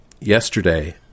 yesterday